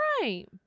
right